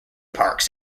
parks